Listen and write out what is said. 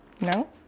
No